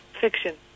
Fiction